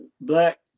Black